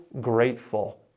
grateful